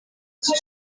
iki